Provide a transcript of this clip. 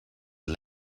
his